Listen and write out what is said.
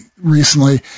recently